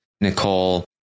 nicole